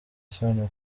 sano